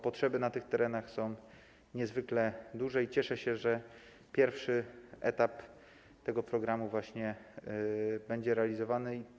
Potrzeby na tych terenach są niezwykle duże i cieszę się, że pierwszy etap tego programu właśnie będzie realizowany.